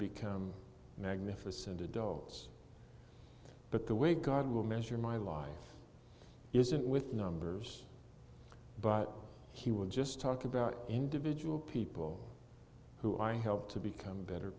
become magnificent adults but the way god will measure my life isn't with numbers but he will just talk about individual people who i help to become better